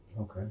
Okay